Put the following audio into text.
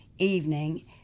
Evening